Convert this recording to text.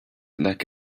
like